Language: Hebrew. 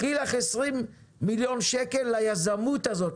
קחי לך 20 מיליון שקל ליזמות הזאת,